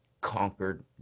conquered